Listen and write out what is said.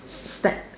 step